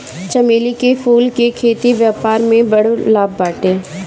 चमेली के फूल के खेती से व्यापार में बड़ा लाभ बाटे